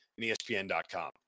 ESPN.com